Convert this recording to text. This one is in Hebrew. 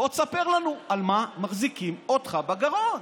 בוא תספר לנו על מה מחזיקים אותך בגרון.